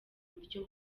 buryo